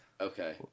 Okay